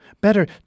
Better